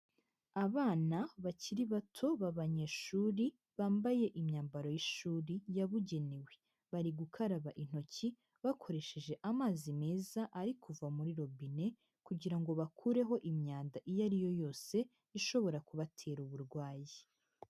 Abana bakiri bato b'abanyeshuri bambaye imyambaro y'ishuri yabugenewe, bari gukaraba intoki bakoresheje amazi meza ari kuva muri robine kugira ngo bakureho imyanda iyo ari yo yose ishobora kubatera uburwayi.